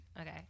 okay